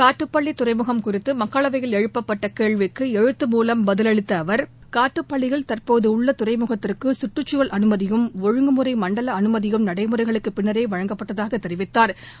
காட்டுப்பள்ளி துறைமுகம் குறித்து மக்களவையில் எழுப்பப்பட்ட கேள்விக்கு எழுத்தமூலம் பதிலளித்த அவர் காட்டுப்பள்ளியில் தற்பொழுது உள்ள துறைமுகத்திற்கு கற்றுச்சூழல் அனுமதியும் ஒழுங்குமுறை மண்டல அனுமதியும் உரிய நடைமுறைகளுக்கு பின்னரே வழங்கப்பட்டதாக தெரிவித்தாா்